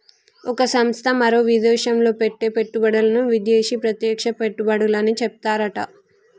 ఒక సంస్థ మరో విదేశంలో పెట్టే పెట్టుబడులను విదేశీ ప్రత్యక్ష పెట్టుబడులని చెప్తారట